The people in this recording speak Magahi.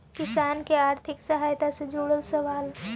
किसान के आर्थिक सहायता से जुड़ल सवाल?